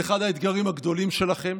זה אחד האתגרים הגדולים שלכם.